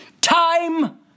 time